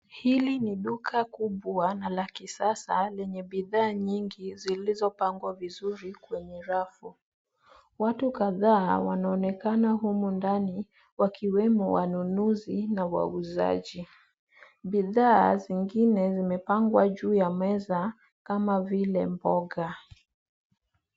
Hili ni duka kubwa na la kisasa lenye bidhaa nyingi zilizopangwa vizuri kwenye rafu. Watu kadhaa wanaonekana humu ndani wakiwemo wanunuzi na wauzaji. Bidhaa zingine zimepangwa juu ya meza kama vile mboga.